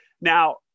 now